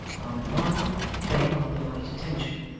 arm in arm claim our polite attention.